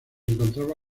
encontraba